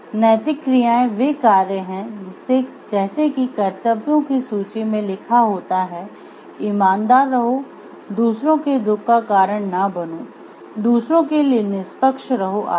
नैतिक क्रियाएं वे कार्य हैं जैसे कि कर्तव्यों की सूची में लिखा होता है "ईमानदार रहो" "दूसरों के दुख का कारण न बनों" "दूसरों के लिए निष्पक्ष रहो" आदि